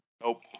Nope